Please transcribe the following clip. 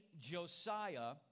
Josiah